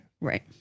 Right